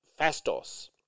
Fastos